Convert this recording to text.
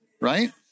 Right